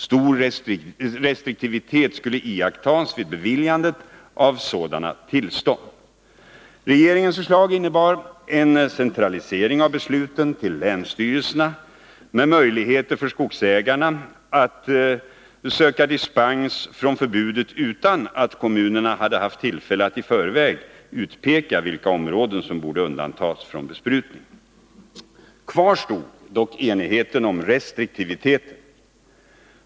Stor restriktivitet skulle iakttas vid 14 april 1982 beviljandet av sådana tillstånd. Regeringens förslag innebar en centralisering av besluten till länsstyrelserna med möjligheter för skogsägarna att söka dispens från förbudet utan att kommunerna hade haft tillfälle att i förväg utpeka vilka områden som borde undantas från besprutning. Kvar stod dock enigheten om restriktiviteten.